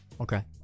okay